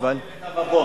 עלו מקו העוני לקו הבוץ.